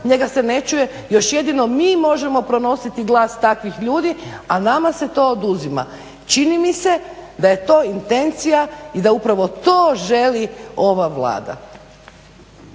njega se ne čuje. Još jedino mi možemo pronositi glas takvih ljudi, a nama se to oduzima. Čini mi se da je to intencija i da upravo to želi ova Vlada.